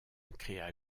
créa